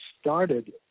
started